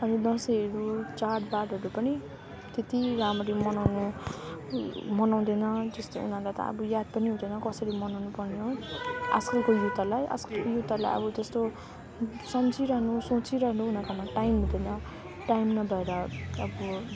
अनि दसैँहरू चाडबाडहरू पनि त्यति राम्ररी मनाउनु मनाउँदैन त्यस्तो उनीहरूले त अब याद पनि हुँदैन कसरी मनाउनु पर्ने हो आजकलको युथहरूलाई आजकलको युथहरूलाई अब त्यस्तो सम्झिरहनु सोचिरहनु उनीहरूकोमा टाइम हुँदैन टाइम नभएर अब